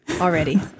already